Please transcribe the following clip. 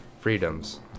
freedoms